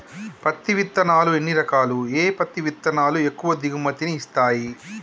పత్తి విత్తనాలు ఎన్ని రకాలు, ఏ పత్తి విత్తనాలు ఎక్కువ దిగుమతి ని ఇస్తాయి?